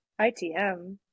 ITM